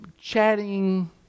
chatting